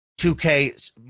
2K